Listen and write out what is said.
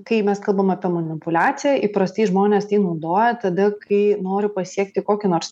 kai mes kalbam apie manipuliaciją įprastai žmonės tai naudoja tada kai noriu pasiekti kokį nors